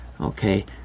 okay